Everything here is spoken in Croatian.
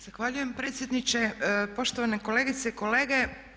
Zahvaljujem predsjedniče, poštovane kolegice i kolege.